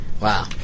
Wow